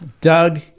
Doug